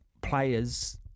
players